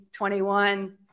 21